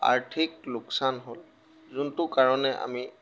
আৰ্থিক লোকচান হ'ল যোনটো কাৰণে আমি